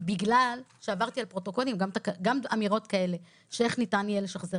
בגלל גם אמירות כאלה של איך ניתן יהיה לשחזר.